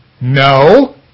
No